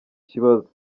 kibazo